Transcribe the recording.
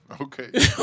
Okay